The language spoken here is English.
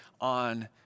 on